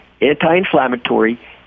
anti-inflammatory